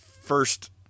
first